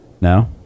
No